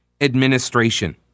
Administration